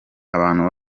abantu